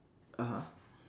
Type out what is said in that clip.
(uh huh)